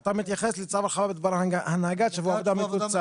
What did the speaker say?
אתה מתייחס לצו הרחבה בדבר הנהגת שבוע עבודה מקוצר.